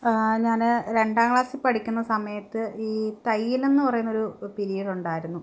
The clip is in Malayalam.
ഞാൻ രണ്ടാം ക്ലാസ്സിൽ പഠിക്കുന്ന സമയത്ത് ഈ തൈയ്യലെന്നു പറയുന്നൊരു പിരീഡ് ഉണ്ടായിരുന്നു